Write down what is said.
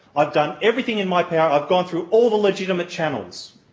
i've done everything in my power, i've gone through all the legitimate channels.